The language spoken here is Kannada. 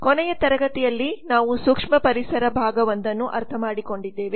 ಕೊನೆಯ ತರಗತಿಯಲ್ಲಿ ನಾವು ಸೂಕ್ಷ್ಮ ಪರಿಸರ ಭಾಗ 1 ಅನ್ನು ಅರ್ಥಮಾಡಿಕೊಂಡಿದ್ದೇವೆ